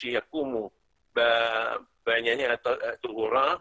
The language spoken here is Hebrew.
שיקומו בענייני הטהרה,